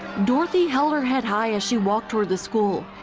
dorothy held her head high as she walked toward the school,